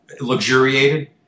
luxuriated